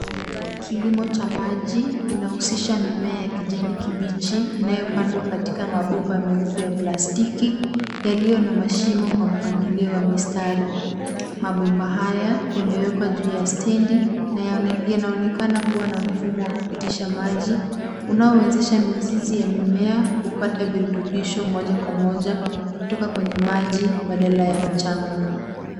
Kilimo cha maji kinahusisha mimea ya kijani kibichi inayopandwa katika mabomba meupe ya plastiki yenye mashimo kwa mpangilio wa mistari. Mabomba haya yamewekwa juu ya stendi na yanaonekana kuwa na mfumo wa kupitisha maji, unaowezesha mizizi ya mimea kupata virutubisho moja kwa moja kutoka kwenye maji badala ya mchanga.